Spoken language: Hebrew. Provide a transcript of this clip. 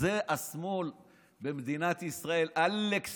זה השמאל במדינת ישראל, עלק שמאל,